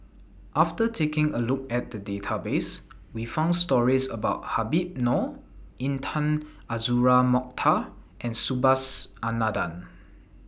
after taking A Look At The Database We found stories about Habib Noh Intan Azura Mokhtar and Subhas Anandan